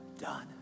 done